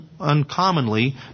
uncommonly